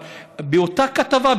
אבל באותה כתבה,